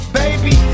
baby